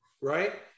right